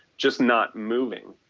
just not moving,